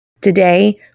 Today